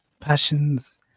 passions